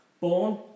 Born